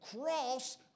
cross